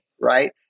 right